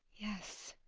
yes,